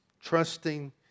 Trusting